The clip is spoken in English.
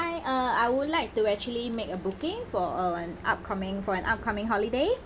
uh I would like to actually make a booking for an upcoming for an upcoming holiday